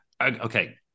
Okay